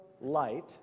light